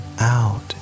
Out